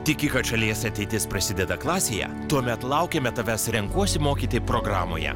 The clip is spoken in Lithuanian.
tiki kad šalies ateitis prasideda klasėje tuomet laukiame tavęs renkuosi mokyti programoje